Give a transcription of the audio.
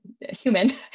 human